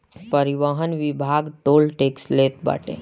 परिवहन विभाग toll tax लेत बाटे